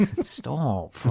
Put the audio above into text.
stop